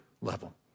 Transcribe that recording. level